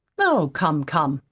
oh, come, come!